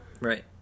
Right